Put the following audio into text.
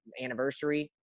anniversary